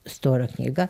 storą knygą